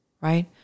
Right